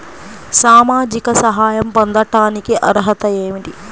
సామాజిక సహాయం పొందటానికి అర్హత ఏమిటి?